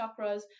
chakras